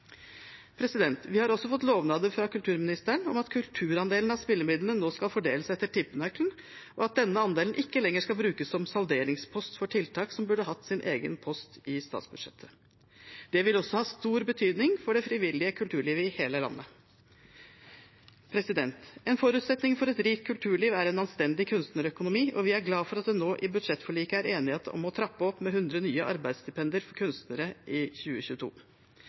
Vi har også fått lovnader fra kulturministeren om at kulturandelen av spillemidlene nå skal fordeles etter tippenøkkelen, og at denne andelen ikke lenger skal brukes som salderingspost for tiltak som burde hatt sin egen post i statsbudsjettet. Det vil også ha stor betydning for det frivillige kulturlivet i hele landet. En forutsetning for et rikt kulturliv er en anstendig kunstnerøkonomi, og vi er glad for at det i budsjettforliket er enighet om å trappe opp med 100 nye arbeidsstipender for kunstnere i 2022.